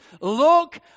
Look